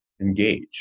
Engage